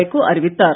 வைகோ அறிவித்தார்